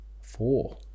Four